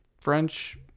French